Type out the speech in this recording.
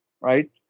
right